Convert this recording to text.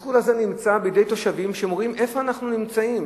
התסכול הזה נמצא אצל תושבים שאומרים: איפה אנחנו נמצאים?